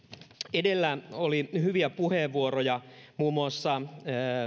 edellä oli hyviä puheenvuoroja muun muassa